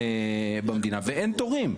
דרכון במדינה ואין תורים.